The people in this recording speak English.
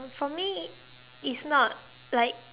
for me it's not like